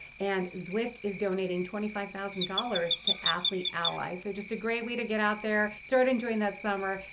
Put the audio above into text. and zwift is donating twenty five thousand dollars to athlete allies. so just a great way to get out there start enjoying that summer,